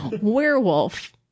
werewolf